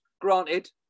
granted